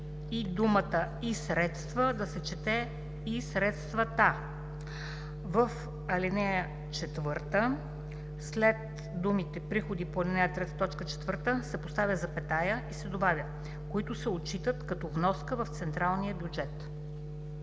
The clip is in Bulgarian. и думата „и средства“ да се чете „и средствата“. В ал. 4 след думите „приходи по ал. 3, т. 4“ се поставя запетая и се добавя „които се отчитат като вноска в централния бюджет“.